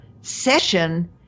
session